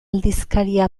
aldizkaria